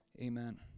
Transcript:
Amen